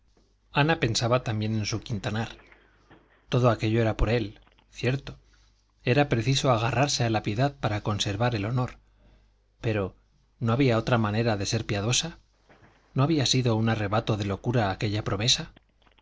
ana pensaba también en su quintanar todo aquello era por él cierto era preciso agarrarse a la piedad para conservar el honor pero no había otra manera de ser piadosa no había sido un arrebato de locura aquella promesa